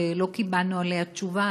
ולא קיבלנו עליה תשובה.